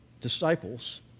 disciples